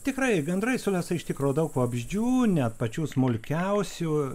tikrai gandrai sulesa iš tikro daug vabzdžių net pačių smulkiausių